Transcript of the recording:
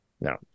No